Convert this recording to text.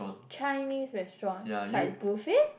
Chinese restaurant it's like buffet